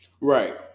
Right